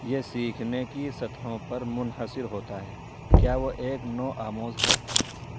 یہ سیکھنے کی سطحوں پر منحصر ہوتا ہے کیا وہ ایک نو آموز ہے